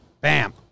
Bam